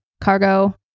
cargo